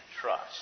trust